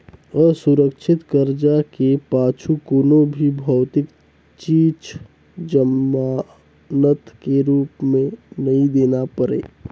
असुरक्छित करजा के पाछू कोनो भी भौतिक चीच जमानत के रूप मे नई देना परे